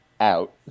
out